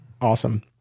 Awesome